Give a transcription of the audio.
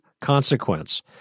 consequence